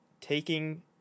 taking